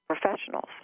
professionals